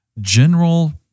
general